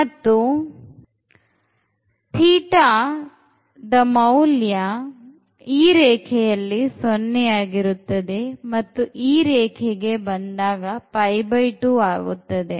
ಮತ್ತು θ ಈ ರೇಖೆಯಲ್ಲಿ ಸೊನ್ನೆ ಆಗಿರುತ್ತದೆ ಮತ್ತು ಈ ರೇಖೆಗೆ ಬಂದಾಗ ಆಗುತ್ತದೆ